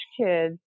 kids